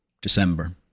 December